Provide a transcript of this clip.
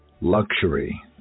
luxury